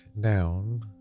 down